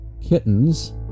Kittens